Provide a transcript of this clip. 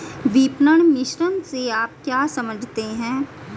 विपणन मिश्रण से आप क्या समझते हैं?